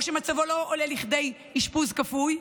או שמצבו לא עולה לכדי אשפוז כפוי.